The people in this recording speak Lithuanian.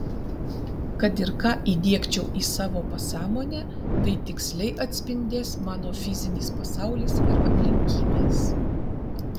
kad ir ką įdiegčiau į savo pasąmonę tai tiksliai atspindės mano fizinis pasaulis ir aplinkybės